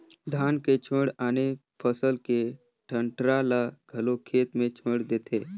धान के छोयड़ आने फसल के डंठरा ल घलो खेत मे छोयड़ देथे